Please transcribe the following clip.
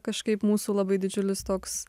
kažkaip mūsų labai didžiulis toks